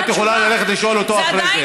את יכולה ללכת לשאול אותו אחרי זה.